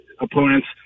opponents